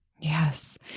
Yes